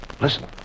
Listen